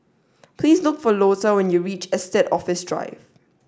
please look for Lota when you reach Estate Office Drive